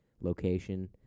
location